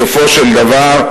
בסופו של דבר,